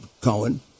Cohen